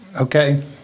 Okay